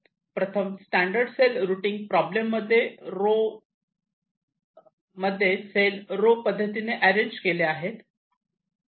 प्रथम standard cell routing problem मध्ये cell row पद्धतीने अरेंज केल्या आहेत